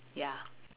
ya